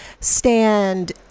Stand